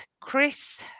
chris